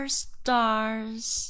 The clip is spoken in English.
stars 。